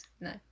No